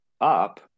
up